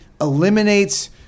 eliminates